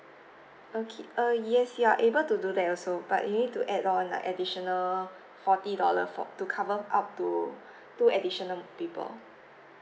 okay uh yes you are able to do that also but you need to add on like additional forty dollar for to cover up to two additional people